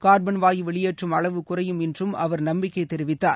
carbon வாயு வெளியேற்றும் அளவு குறையும் என்றுஅவர் நம்பிக்கைதெரிவித்தார்